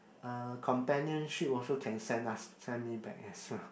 err companionship also can send us send me back as well